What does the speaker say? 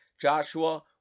joshua